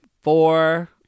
four